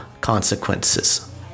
consequences